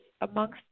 amongst